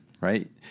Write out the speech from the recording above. right